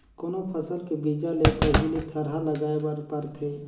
कोनो फसल के बीजा ले पहिली थरहा लगाए बर परथे